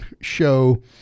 show